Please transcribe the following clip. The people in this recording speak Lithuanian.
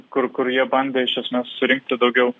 kur kur jie bandė iš esmės surinkti daugiau